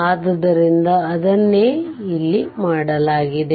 ಆದ್ದರಿಂದ ಅದನ್ನೇ ಮಾಡಲಾಗಿದೆ